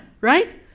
right